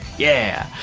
yeah,